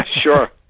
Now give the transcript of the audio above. Sure